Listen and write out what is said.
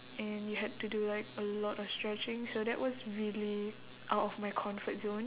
and you had to do like a lot of stretching so that was really out of my comfort zone